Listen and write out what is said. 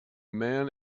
man